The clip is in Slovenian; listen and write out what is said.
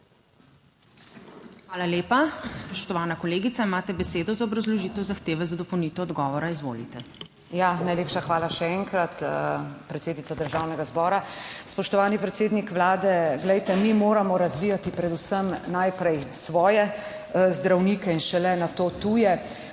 Hvala lepa, spoštovana kolegica, imate besedo za obrazložitev zahteve za dopolnitev odgovora, izvolite. **EVA IRGL (PS NP):** Ja, najlepša hvala še enkrat, predsednica Državnega zbora, spoštovani predsednik Vlade. Glejte, mi moramo razvijati predvsem najprej svoje zdravnike in šele nato tuje.